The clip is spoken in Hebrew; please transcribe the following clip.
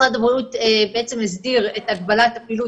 משרד הבריאות הסדיר את הגבלת הפעילות